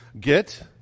get